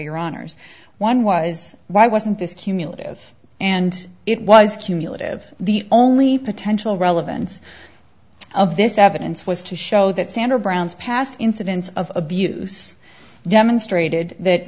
your honour's one was why wasn't this cumulative and it was cumulative the only potential relevance of this evidence was to show that sandra brown's past incidents of abuse demonstrated that